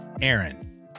Aaron